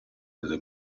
nelle